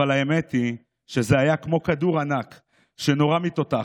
אבל האמת היא שזה היה כמו כדור ענק שנורה מתותח